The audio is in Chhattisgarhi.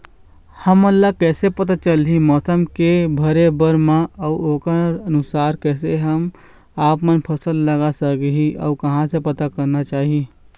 हमन कैसे पता चलही मौसम के भरे बर मा अउ ओकर अनुसार कैसे हम आपमन फसल लगा सकही अउ कहां से पता करना चाही?